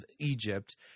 Egypt